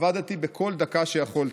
עבדתי בכל דקה שיכולתי.